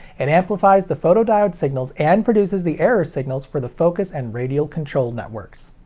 and amplifies the photo-diode signals and processes the error signals for the focus and radial control network.